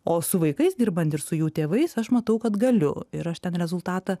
o su vaikais dirbant ir su jų tėvais aš matau kad galiu ir aš ten rezultatą